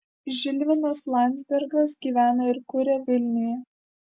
žilvinas landzbergas gyvena ir kuria vilniuje